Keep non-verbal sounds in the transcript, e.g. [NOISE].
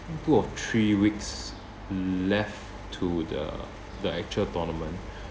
I think two or three weeks left to the the actual tournament [BREATH]